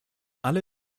alle